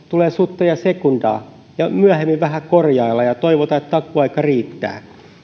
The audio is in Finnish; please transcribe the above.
tulee sutta ja sekundaa myöhemmin vähän korjaillaan ja toivotaan että takuuaika riittää